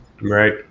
right